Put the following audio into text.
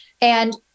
And-